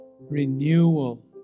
renewal